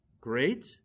great